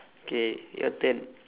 K your turn